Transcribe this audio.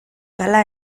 hala